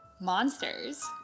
Monsters